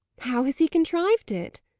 how has he contrived it?